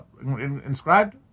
inscribed